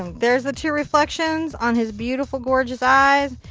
um there's two reflections on his beautiful gorgeous eyes.